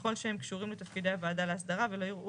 ככל שהם קשורים לתפקידי הוועדה להסדרה ולא יראו